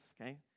okay